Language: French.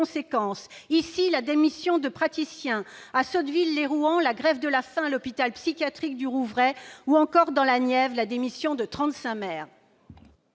ici, la démission de praticiens, à Sotteville-lès-Rouen la grève de la faim à l'hôpital psychiatrique du Rouvray ou encore, dans la Nièvre, la démission de